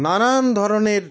নানান ধরনের